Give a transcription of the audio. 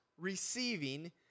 receiving